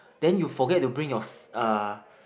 then you forget to bring your uh